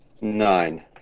nine